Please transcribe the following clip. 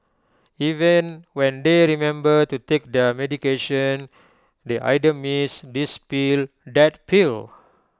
even when they remember to take their medication they either miss this pill that pill